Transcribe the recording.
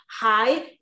high